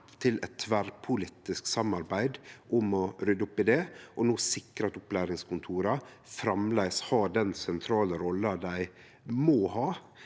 til eit tverrpolitisk samarbeid om å rydde opp i det og no sikrar at opplæringskontora framleis har den sentrale rolla dei må ha